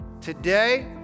Today